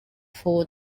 four